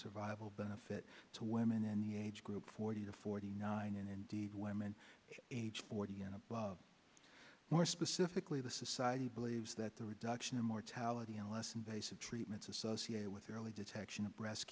survival benefit to women any age group forty to forty nine and indeed women age forty and above more specifically the society believes that there would in mortality and less invasive treatments associated with early detection of breast